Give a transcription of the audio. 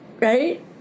Right